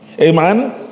Amen